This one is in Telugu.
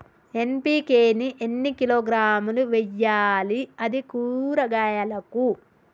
ఎన్.పి.కే ని ఎన్ని కిలోగ్రాములు వెయ్యాలి? అది కూరగాయలకు?